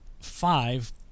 five